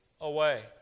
away